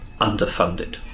underfunded